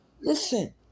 Listen